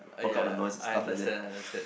!aiya! I understand understand